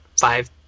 five